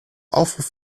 aufruf